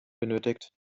benötigt